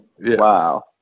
Wow